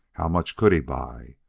how much could he buy?